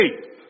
faith